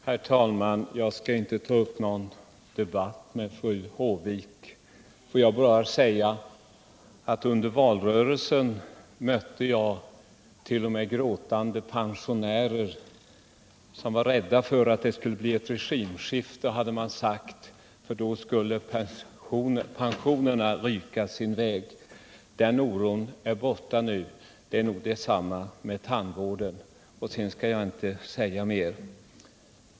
Herr talman! Jag skall inte ta upp någon debatt med fru Håvik. Får jag bara säga att under valrörelsen mötte jag t.o.m. gråtande pensionärer som var rädda för att det skulle bli ett regimskifte. Då skulle pensionerna, hade man sagt, ryka sin väg. Den oron är borta nu. Det är nog detsamma med tandvården. Sedan skall jag inte säga mer till fru Håvik.